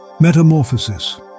Metamorphosis